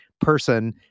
person